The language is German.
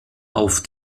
auf